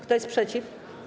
Kto jest przeciw?